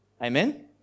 Amen